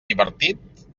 divertit